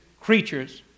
creatures